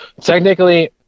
technically